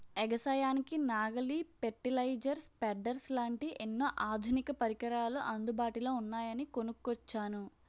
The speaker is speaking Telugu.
ఎగసాయానికి నాగలి, పెర్టిలైజర్, స్పెడ్డర్స్ లాంటి ఎన్నో ఆధునిక పరికరాలు అందుబాటులో ఉన్నాయని కొనుక్కొచ్చాను